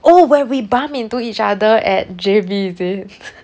oh where we bump into each other at J_B is it